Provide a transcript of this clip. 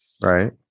Right